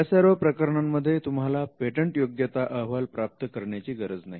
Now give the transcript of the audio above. या सर्व प्रकरणांमध्ये तुम्हाला पेटंटयोग्यता अहवाल प्राप्त करण्याची गरज नाही